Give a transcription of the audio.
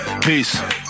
Peace